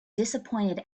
disappointed